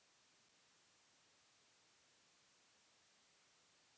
UPI सेवा से ऑयल पैसा क पता कइसे चली?